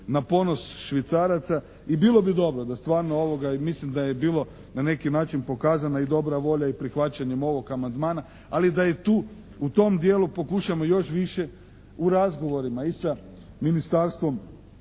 na ponos Švicaraca i bilo bi dobro da stvarno i mislim da je bilo na neki način pokazana i dobra volja i prihvaćanjem ovoga amandmana ali da je tu u tom dijelu pokušamo još više u razgovorima i sa Ministarstvom